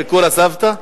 ביקור הסבתא?